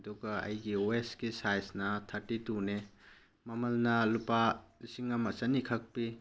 ꯑꯗꯨꯒ ꯑꯩꯒꯤ ꯋꯦꯁꯀꯤ ꯁꯥꯖꯅ ꯊꯥꯔꯇꯤ ꯇꯨꯅꯦ ꯃꯃꯜꯅ ꯂꯨꯄꯥ ꯂꯤꯁꯤꯡ ꯑꯃ ꯆꯅꯤꯈꯛ ꯄꯤ